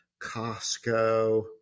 Costco